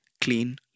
clean